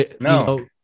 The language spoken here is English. no